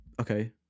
Okay